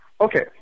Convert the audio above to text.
Okay